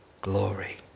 glory